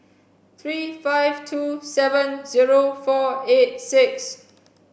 three five two seven zero four eight six